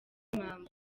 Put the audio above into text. impamvu